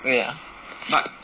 wait ah buy